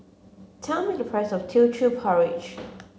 tell me the price of Teochew Porridge